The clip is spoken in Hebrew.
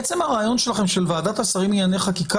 עצם הרעיון שלכם של ועדת השרים לענייני הפרטה